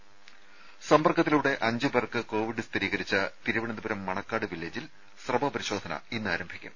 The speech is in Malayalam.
ത സമ്പർക്കത്തിലൂടെ അഞ്ചുപേർക്ക് കോവിഡ് സ്ഥിരീകരിച്ച തിരുവനന്തപുരം മണക്കാട് വില്ലേജിൽ സ്രവ പരിശോധന ഇന്ന് ആരംഭിക്കും